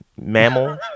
mammal